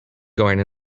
going